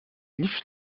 liefst